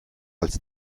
als